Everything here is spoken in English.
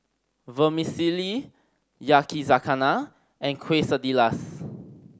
Vermicelli Yakizakana and Quesadillas